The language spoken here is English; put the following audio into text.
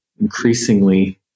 increasingly